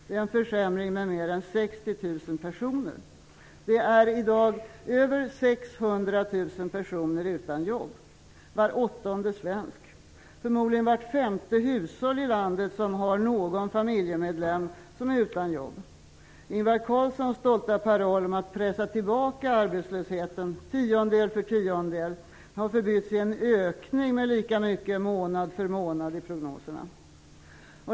Det är en försämring med mer än 60 000 personer. Det är i dag mer än 600 000 personer utan jobb - var åttonde svensk. Förmodligen har vart femte hushåll i landet någon familjemedlem som är utan jobb. Ingvar Carlssons stolta paroll om att pressa tillbaka arbetslösheten "tiondel för tiondel" har förbytts i en ökning med lika mycket månad för månad i prognoserna.